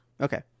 okay